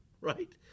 right